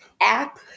app